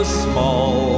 small